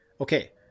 Okay